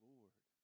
Lord